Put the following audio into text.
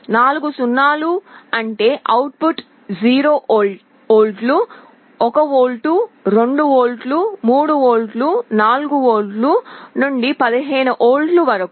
0 0 0 0 అంటే output 0 వోల్ట్లు 1 volt 2 వోల్ట్లు 3 వోల్ట్లు 4 వోల్ట్లు 15 వోల్ట్ల వరకు